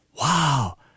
Wow